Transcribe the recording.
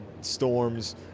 storms